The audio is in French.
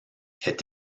est